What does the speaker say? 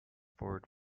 forward